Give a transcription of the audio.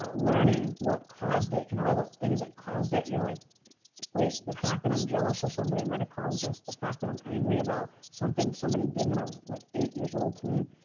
ah learning what caused it and all the things that caused it, you're like wait, the fact that i'm jealous of somebody might have caused this? the fact that i'm angry about something somebody did when i was like eightyears-old to me?